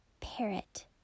parrot